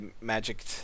magic